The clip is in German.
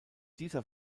dieser